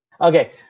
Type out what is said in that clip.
okay